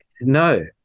No